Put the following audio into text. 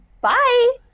bye